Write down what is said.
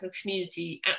community